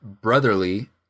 Brotherly